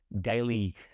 daily